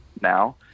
now